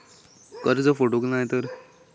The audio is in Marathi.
कर्ज फेडूक नाय तर?